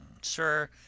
Sir